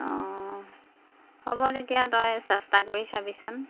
অঁ হ'ব তেতিয়া তই চেষ্টা কৰি চাবিচোন